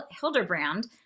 Hildebrand